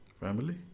Family